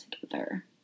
together